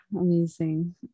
Amazing